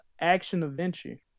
action-adventure